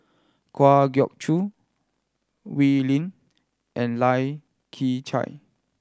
Kwa Geok Choo Wee Lin and Lai Kew Chai